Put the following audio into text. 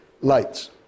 lights